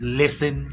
listen